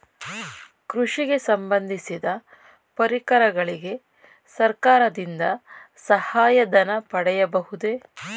ಕೃಷಿಗೆ ಸಂಬಂದಿಸಿದ ಪರಿಕರಗಳಿಗೆ ಸರ್ಕಾರದಿಂದ ಸಹಾಯ ಧನ ಪಡೆಯಬಹುದೇ?